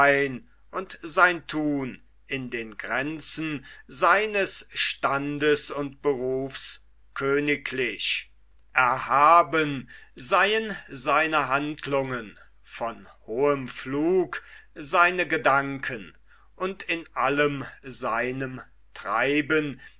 und sein thun in den grenzen seines standes und berufs königlich erhaben seien seine handlungen von hohem flug seine gedanken und in allem seinem treiben